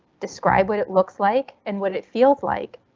describe what it looks like and what it feels like.